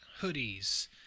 hoodies